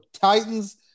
Titans